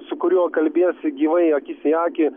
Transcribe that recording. su kuriuo kalbiesi gyvai akis į akį